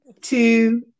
two